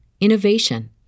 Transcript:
innovation